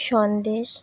Sandesh